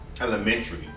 elementary